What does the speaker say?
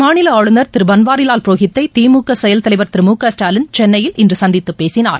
மாநிலஆளுநர் திருபன்வாரிலால் புரோஹித்தை திமுக செயல் தலைவர் திரு மு க ஸ்டாலின் சென்னையில் இன்றுசந்தித்துப் பேசினார்